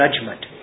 judgment